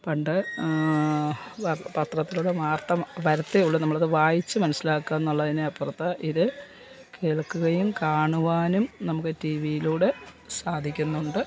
പണ്ട് പത്രത്തിലൂടെ വാർത്ത വരത്തെ ഉള്ളൂ നമ്മൾ അത് വായിച്ചു മനസ്സിലാക്കാമെന്നുള്ളതിന് അപ്പുറത്ത് ഇത് കേൾക്കുകയും കാണുവാനും നമുക്ക് ടീവിയിലൂടെ സാധിക്കുന്നുണ്ട്